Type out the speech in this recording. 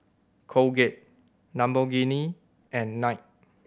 Colgate Lamborghini and Knight